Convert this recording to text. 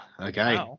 okay